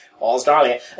Australia